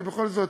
כי בכל זאת,